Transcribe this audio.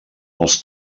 els